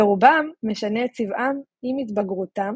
ורובם משנה את צבעם עם התבגרותם